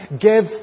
Give